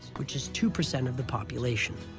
which is two percent of the population.